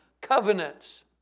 covenants